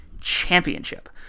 Championship